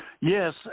Yes